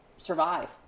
survive